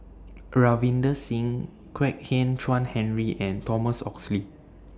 Ravinder Singh Kwek Hian Chuan Henry and Thomas Oxley